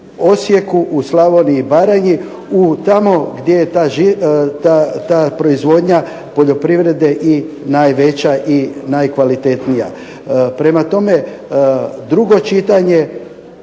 Osijeku, u Slavoniji i Baranji, tamo gdje je ta proizvodnja poljoprivrede i najveća i najkvalitetnija. Prema tome, drugo čitanje,